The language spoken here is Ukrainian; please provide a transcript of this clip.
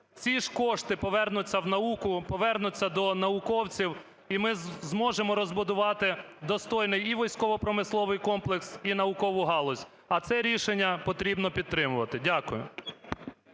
ці ж кошти повернуться в науку, повернуться до науковців, і ми зможемо розбудувати достойний і військово-промисловий комплекс, і наукову галузь. А це рішення потрібно підтримувати. Дякую.